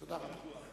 תודה רבה.